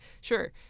sure